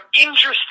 interesting